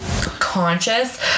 conscious